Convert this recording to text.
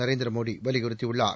நரேந்திர மோடி வலியுறுத்தியுள்ளார்